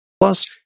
Plus